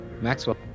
Maxwell